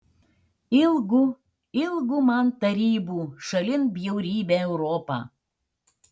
ilgu ilgu man tarybų šalin bjaurybę europą